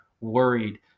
worried